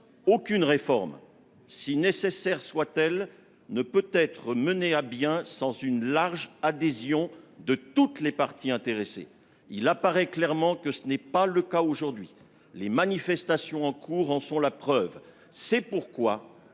Aucune réforme, si nécessaire soit-elle, ne peut être menée à bien sans une large adhésion de toutes les parties intéressées [...] Il apparaît clairement que ce n'est pas le cas aujourd'hui. Les manifestations en cours [...] en sont la preuve.